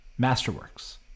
masterworks